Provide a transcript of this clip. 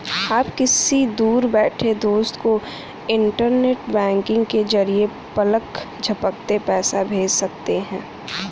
आप किसी दूर बैठे दोस्त को इन्टरनेट बैंकिंग के जरिये पलक झपकते पैसा भेज सकते हैं